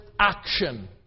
Action